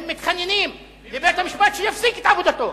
והם מתחננים לבית-המשפט שיפסיק את עבודתו.